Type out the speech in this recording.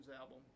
album